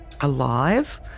Alive